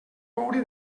coure